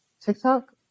TikTok